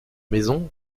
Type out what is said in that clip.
maisons